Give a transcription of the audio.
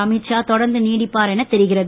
அமீத் ஷா தொடர்ந்து நீடிப்பார் என தெரிகிறது